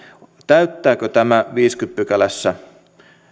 täyttääkö tämä viidennessäkymmenennessä pykälässä